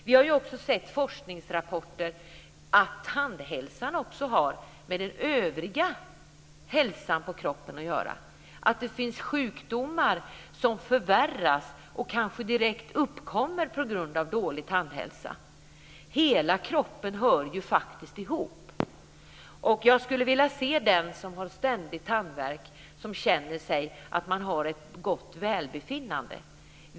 Vi har också i forskningsrapporter sett att tandhälsan har med den övriga hälsan i kroppen att göra, att det finns sjukdomar som förvärras och kanske direkt uppkommer på grund av dålig tandhälsa. Hela kroppen hör faktiskt ihop. Jag skulle vilja se den som har ständig tandvärk som känner ett gott välbefinnande.